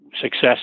success